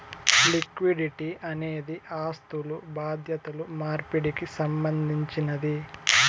liquidity అనేది ఆస్థులు బాధ్యతలు మార్పిడికి సంబంధించినది